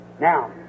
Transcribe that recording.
Now